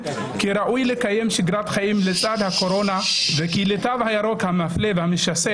לקיים שגרת חיים לצד הקורונה וכי לתו הירוק המפלה והמשסע